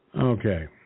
Okay